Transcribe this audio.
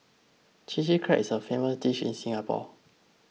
Chilli Crab is a famous dish in Singapore